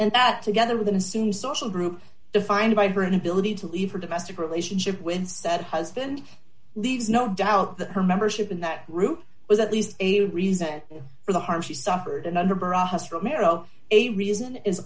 and that together with an assumed social group defined by her inability to leave her domestic relationship when said husband leaves no doubt that her membership in that group was at least a reason for the harm she suffered and under brostrom narrow a reason is